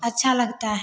अच्छा लगता है